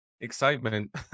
excitement